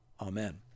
Amen